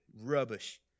Rubbish